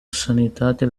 sanitate